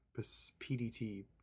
PDT